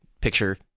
picture